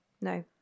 No